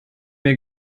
mir